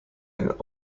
ein